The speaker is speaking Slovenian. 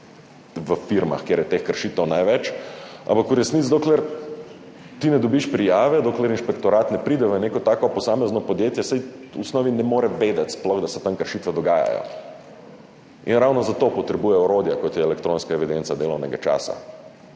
v firmah, kjer je teh kršitev največ, ampak v resnici, dokler ti ne dobiš prijave, dokler inšpektorat ne pride v neko tako posamezno podjetje, saj v osnovi sploh ne more vedeti, da se tam dogajajo kršitve in ravno zato potrebuje orodja, kot je elektronska evidenca delovnega časa,